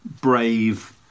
brave